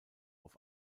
auf